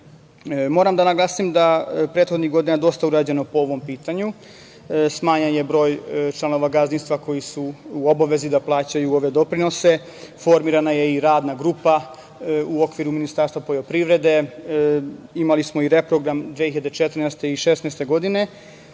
da naglasim da je prethodnih godina dosta urađeno po ovom pitanju. Smanjen je broj članova gazdinstva koji su u obavezi da plaćaju ove doprinose, formirana je i radna grupa u okviru Ministarstva poljoprivrede, imali smo i reprogram 2014. i 2016. godine,